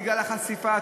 בגלל החשיפה,